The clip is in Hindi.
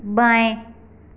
बाएँ